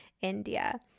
India